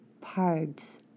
parts